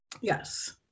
Yes